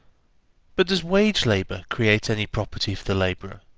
but does wage-labour create any property for the labourer?